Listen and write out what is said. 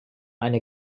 eine